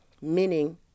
meaning